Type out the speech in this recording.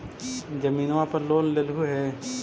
जमीनवा पर लोन लेलहु हे?